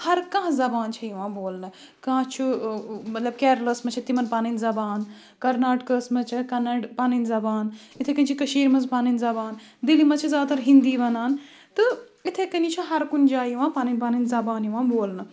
ہَرٕ کانٛہہ زَبان چھےٚ یِوان بولنہٕ کانٛہہ چھُ مطلب کیرلاہَس منٛز چھےٚ تِمن پَنٕنۍ زبان کرناٹٕکاہَس منٛز چھےٚ کَنڈ پنٕنۍ زبان اِتھے کٔنۍ چھِ کٔشیٖر منٛز پنٕنۍ زبان دِلہِ منٛز چھِ زیادٕ تَر ہِنٛدی ونان تہٕ اِتھے کٔنی چھُ ہَرٕ کُنہِ جایہِ یِوان پنٕنۍ پنٕنۍ زبان یِوان بولنہٕ